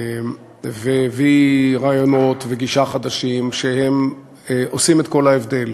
והביא רעיונות וגישה חדשים שהם עושים את כל ההבדל.